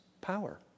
power